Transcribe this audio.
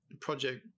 project